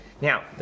Now